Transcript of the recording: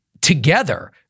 together